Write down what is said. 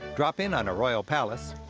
drop in on a royal palace,